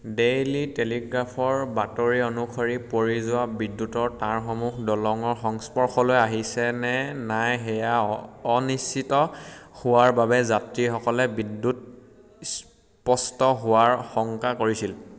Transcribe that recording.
daily টেলিগ্ৰাফৰ বাতৰি অনুসৰি পৰি যোৱা বিদ্যুতৰ তাঁৰসমূহ দলঙৰ সংস্পৰ্শলৈ আহিছে নে নাই সেয়া অনিশ্চিত হোৱাৰ বাবে যাত্ৰীসকলে বিদ্যুৎস্পৃষ্ট হোৱাৰ শংকা কৰিছিল